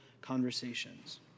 conversations